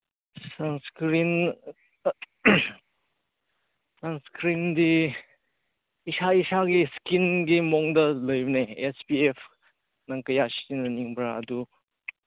sunscreen ꯁꯟꯏꯁꯀ꯭ꯔꯤꯟꯗꯤ ꯏꯁꯥ ꯏꯁꯥꯒꯤ ꯏꯁꯀꯤꯟꯒꯤ ꯝꯑꯣꯡꯗ ꯂꯩꯕꯅꯦ ꯑꯦꯁ ꯄꯤ ꯑꯦꯐ ꯅꯪ ꯀꯌꯥ ꯁꯤꯖꯤꯟꯅꯅꯤꯡꯕ꯭ꯔꯥ ꯑꯗꯨ